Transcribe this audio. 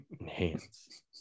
enhance